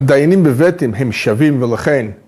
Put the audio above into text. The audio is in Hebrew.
דיינים בבית דין הם שווים ולכן